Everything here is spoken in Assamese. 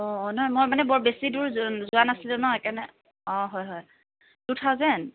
অঁ নহয় মই মানে বৰ বেছি দূৰ যোৱা নাছিলোঁ ন সেইকাৰণে অঁ হয় হয় টু থাউজেণ্ড